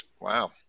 Wow